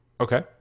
Okay